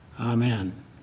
Amen